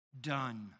done